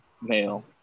male –